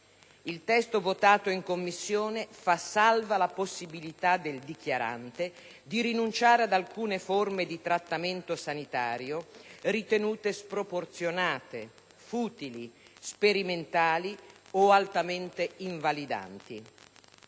Il testo votato in Commissione fa salva la possibilità del dichiarante di rinunciare ad alcune forme di trattamento sanitario ritenute sproporzionate, futili, sperimentali o altamente invalidanti.